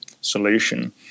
solution